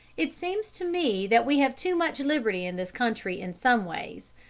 it seems to me that we have too much liberty in this country in some ways.